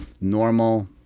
normal